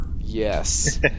Yes